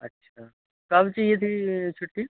अच्छा कल चाहिए थी छुट्टी